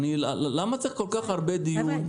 למה צריך כל כך הרבה דיון?